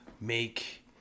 make